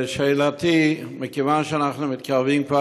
שאלתי: מכיוון שאנחנו מתקרבים כבר,